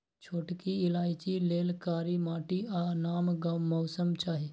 छोटकि इलाइचि लेल कारी माटि आ नम मौसम चाहि